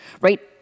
right